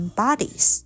bodies